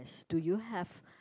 do you have